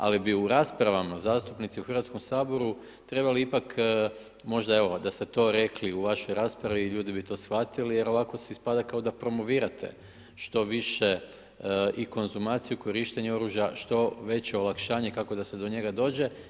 Ali bi u raspravama, zastupnici u Hrvatskom saboru, trebali ipak, možda evo, da ste to rekli u vašoj raspravi, ljudi bi to shvatili jer ovako se ispada kao da promovirate što više i konzumaciju korištenje oružja, što veće olakšanje kako da se do njega dođe.